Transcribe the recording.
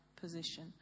position